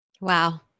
wow